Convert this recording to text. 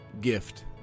gift